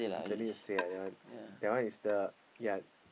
don't need to say ah that one that one is the ya